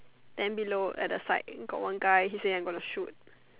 then below at the side got one guy he said I'm going to shoot